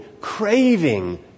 craving